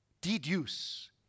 deduce